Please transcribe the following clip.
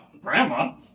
grandma